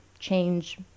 change